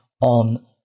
on